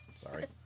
Sorry